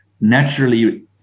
Naturally